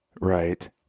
Right